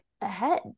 ahead